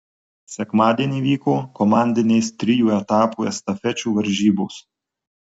sekmadienį vyko komandinės trijų etapų estafečių varžybos